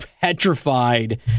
Petrified